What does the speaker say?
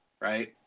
right